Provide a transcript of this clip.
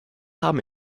haben